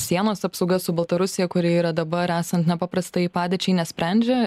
sienos apsauga su baltarusija kuri yra dabar esant nepaprastajai padėčiai nesprendžia